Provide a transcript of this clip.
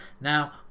Now